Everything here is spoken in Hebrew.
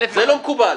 זה לא מקובל.